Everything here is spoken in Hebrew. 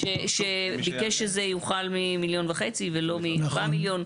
שביקש שזה יוחל מ-1.5 מיליון ולא מ-4 מיליון.